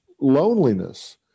loneliness